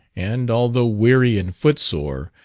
and, although weary and foot-sore,